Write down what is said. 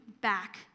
back